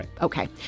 Okay